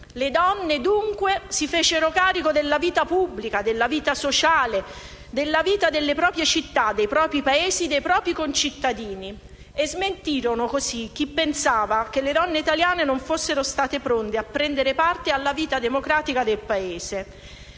Le donne dunque si fecero carico della vita pubblica, della vita sociale, della vita delle proprie città, dei propri paesi, dei propri concittadini; e smentirono così chi pensava che le donne italiane non fossero pronte a prendere parte alla vita democratica del Paese.